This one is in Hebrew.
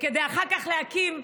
ואחר כך להקים,